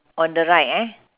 on the right eh